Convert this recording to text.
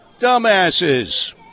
dumbasses